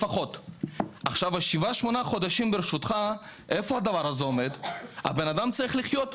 במשך שבעה-שמונה חודשים אדם צריך לחיות.